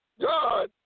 God